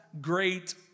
great